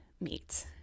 meet